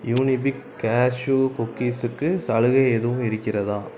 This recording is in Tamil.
யூனிபிக் கேஷ்யூ குக்கீஸ்ஸுக்கு சலுகை எதுவும் இருக்கிறதா